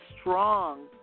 strong